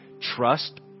Trust